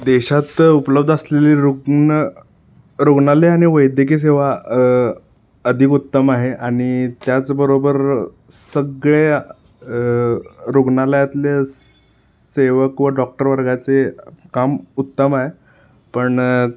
देशात उपलब्ध असलेली रुग्ण रुग्णालयं आणि वैद्यकीय सेवा अधिक उत्तम आहे आणि त्याचबरोबर सगळ्या रुग्णालयातल्या सेवक व डॉक्टरवर्गाचे काम उत्तम आहे पण